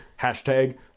Hashtag